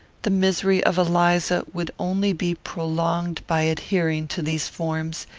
the misery of eliza would only be prolonged by adhering to these forms,